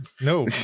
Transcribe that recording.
No